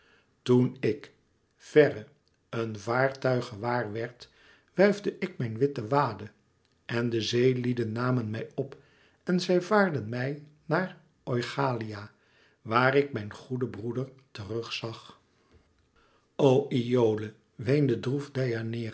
toen ik verre een vaartuig gewaar werd wuifde ik mijn witte wade en de zeelieden namen mij op en zij vaarden mij naar oichalia waar ik mijn goeden broeder terug zag o iole weende droef